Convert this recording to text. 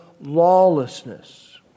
lawlessness